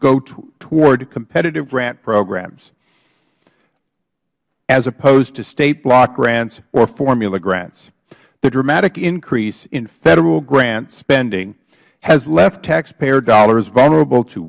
go toward competitive grant programs as opposed to state block grants or formula grants the dramatic increase in federal grant spending has left taxpayer dollars vulnerable to